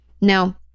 Now